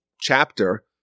chapter